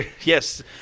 Yes